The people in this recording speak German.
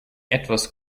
etwas